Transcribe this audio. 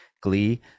Glee